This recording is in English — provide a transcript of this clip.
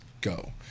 Go